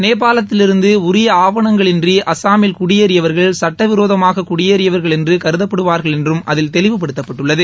நேபாளத்திலிருந்து உரிய ஆவணங்கள் இன்றி அஸ்ஸாமில் குடியேறியவர்கள் சட்டவிரோதமாக குடியேறியவர்கள் எனறு கருதப்படுவார்கள் என்றும் அதில் தெளிவுபடுத்தப்பட்டுள்ளது